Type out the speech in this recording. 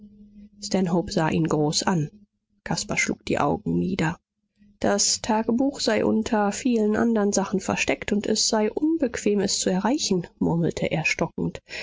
sah ihn groß an caspar schlug die augen nieder das tagebuch sei unter vielen andern sachen versteckt und es sei unbequem es zu erreichen murmelte er stockend